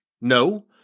No